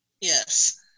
Yes